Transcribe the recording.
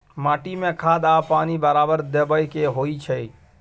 माटी में खाद आ पानी बराबर देबै के होई छै